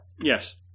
Yes